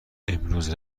امروز